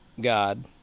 God